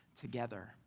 together